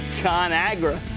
ConAgra